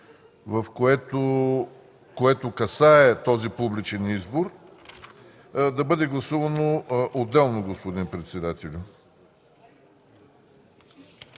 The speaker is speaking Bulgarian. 6, което касае този публичен избор, да бъде гласувано отделно, господин председател.